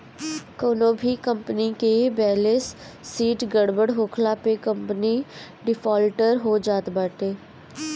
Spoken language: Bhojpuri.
कवनो भी कंपनी कअ बैलेस शीट गड़बड़ होखला पे कंपनी डिफाल्टर हो जात बाटे